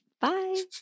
Bye